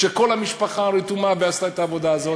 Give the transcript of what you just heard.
וכל המשפחה רתומה ועשתה את העבודה הזאת,